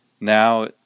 Now